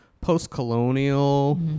post-colonial